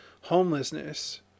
homelessness